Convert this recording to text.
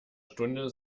stunde